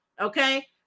Okay